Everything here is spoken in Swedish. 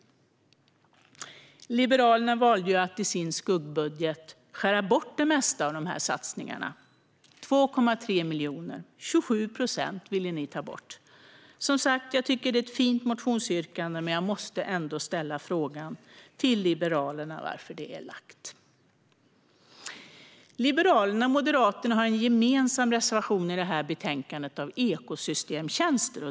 I sin skuggbudget valde Liberalerna att skära bort det mesta från dessa satsningar - 2,3 miljoner, 27 procent, vill ni ta bort. Jag tycker som sagt att det är ett fint motionsyrkande, men jag måste ändå ställa frågan till Liberalerna varför det är lagt. Liberalerna och Moderaterna har en gemensam reservation i betänkandet om ekosystemtjänster.